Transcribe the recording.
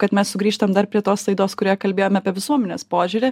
kad mes sugrįžtam dar prie tos aidos kurią kalbėjom apie visuomenės požiūrį